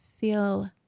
feel